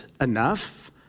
enough